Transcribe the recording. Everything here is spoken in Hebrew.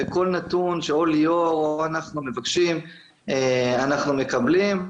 וכל נתון שליאור או אנחנו מבקשים - אנחנו מקבלים.